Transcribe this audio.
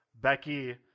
Becky